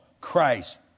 Christ